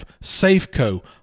Safeco